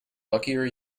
luckier